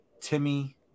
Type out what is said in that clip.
Timmy